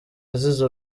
azize